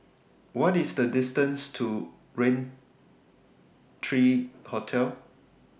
What IS The distance to Raintr thirty three Hotel